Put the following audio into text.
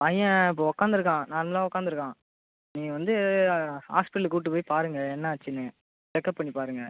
பையன் இப்போது உட்காந்துருக்கான் நல்லா உட்காந்துருக்கான் நீங்கள் வந்து ஹாஸ்பிட்டலு கூப்பிட்டுப்போய் பாருங்கள் என்னாச்சின்னு செக்கப் பண்ணிப்பாருங்கள்